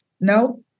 no